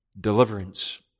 deliverance